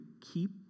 keep